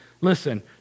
Listen